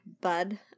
bud